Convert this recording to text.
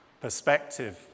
perspective